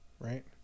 Right